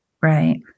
Right